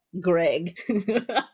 Greg